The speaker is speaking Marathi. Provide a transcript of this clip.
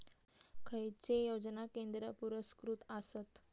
खैचे योजना केंद्र पुरस्कृत आसत?